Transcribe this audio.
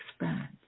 expand